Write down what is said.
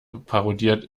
parodiert